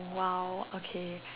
!wow! okay